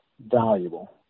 valuable